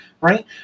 right